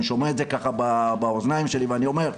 אני שומע את זה באזניי ואני אומר,